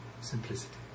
simplicity